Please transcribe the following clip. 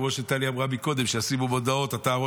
כמו שאמרה טלי קודם,